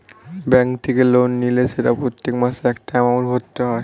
bank থেকে loan নিলে সেটা প্রত্যেক মাসে একটা এমাউন্ট ভরতে হয়